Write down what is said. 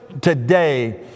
today